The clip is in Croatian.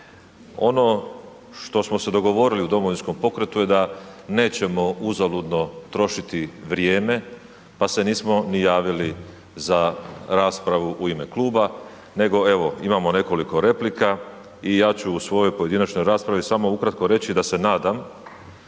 Ono što smo se dogovorili u Domovinskom pokretu je da nećemo uzaludno trošiti vrijeme, pa se nismo ni javili za raspravu u ime kluba nego evo imamo nekoliko replika i ja ću u svojoj pojedinačnoj raspravi samo ukratko reći da se nadam